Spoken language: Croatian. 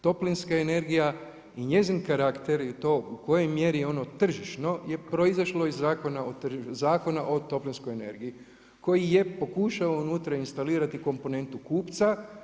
Toplinska energija i njezin karakter i to u kojoj mjeri je ono tržišno je proizašlo od Zakona o toplinskoj energiji, koji je pokušao unutra instalirati komponentu kupca.